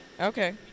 Okay